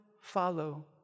follow